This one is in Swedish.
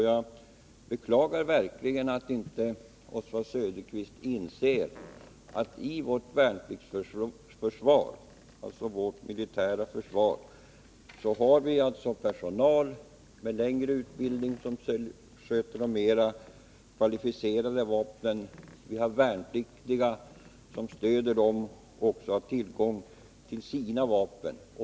Jag beklagar verkligen att Oswald Söderqvist inte inser att i vårt militära försvar har vi personal med längre utbildning som sköter de mera kvalificerade vapnen och värnpliktiga som stöder dem och har tillgång till sina vapen.